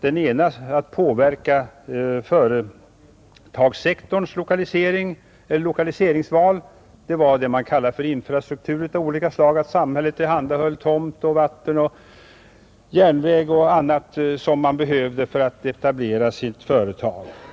Det gällde påverkan av företagssektorns lokaliseringsval genom s.k. infrastrukturella medel av olika slag, dvs. att samhället tillhandahöll tomt, vatten, järnväg och annat som man behövde för att etablera sitt företag.